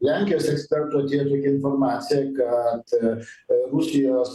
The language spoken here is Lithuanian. lenkijos ekspertų atėjo tokia informacija kad rusijos